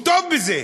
הוא טוב בזה.